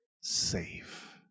safe